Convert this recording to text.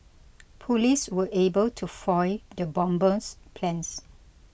police were able to foil the bomber's plans